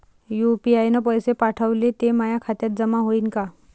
UPI न पैसे पाठवले, ते माया खात्यात जमा होईन का?